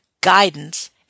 guidance